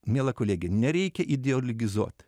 miela kolege nereikia ideologizuot